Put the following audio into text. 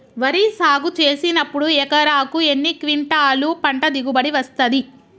వరి సాగు చేసినప్పుడు ఎకరాకు ఎన్ని క్వింటాలు పంట దిగుబడి వస్తది?